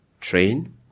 train